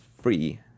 free